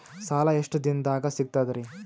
ಸಾಲಾ ಎಷ್ಟ ದಿಂನದಾಗ ಸಿಗ್ತದ್ರಿ?